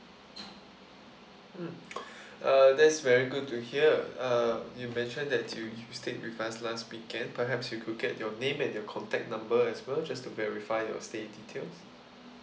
mm uh that's very good to hear uh you mentioned that you you stayed with us last weekend perhaps we could get your name and the contact number as well just to verify your stay details